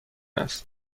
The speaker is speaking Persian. است